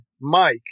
Mike